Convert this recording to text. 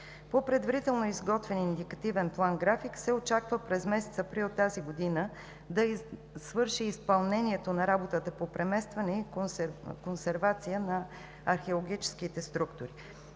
По предварително изготвен индикативен план-график се очаква през месец април тази година да свърши изпълнението на работата по преместване и консервация на археологическите структури.